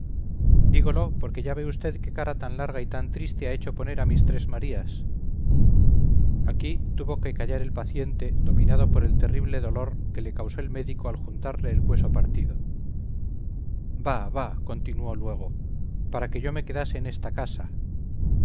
dígolo porque ya ve usted qué cara tan larga y tan triste ha hecho poner a mis tres marías aquí tuvo que callar el paciente dominado por el terrible dolor que le causó el médico al juntarle el hueso partido bah bah continuó luego para que yo me quedase en esta casa